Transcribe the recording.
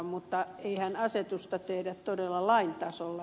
mutta eihän asetusta tehdä todella lain tasolla